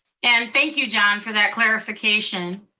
and thank you john for that clarification.